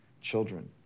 children